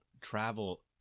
travel